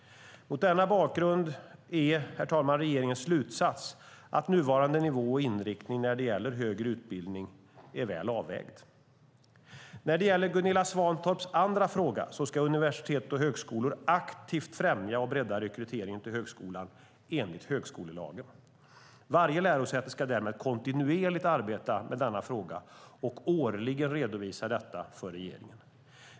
Mot denna bakgrund, herr talman, är regeringens slutsats att nuvarande nivå och inriktning när det gäller högre utbildning är väl avvägd. När det gäller Gunilla Svantorps andra fråga ska universitet och högskolor aktivt främja och bredda rekryteringen till högskolan enligt högskolelagen. Varje lärosäte ska därmed kontinuerligt arbeta med denna fråga och årligen redovisa detta för regeringen.